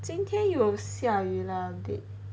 今天有下雨 lah a bit